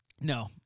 No